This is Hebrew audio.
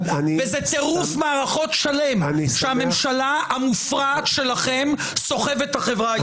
זה טירוף מערכות שלם שהממשלה המופרעת שלכם סוחבת את החברה הישראלית לשם.